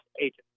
agents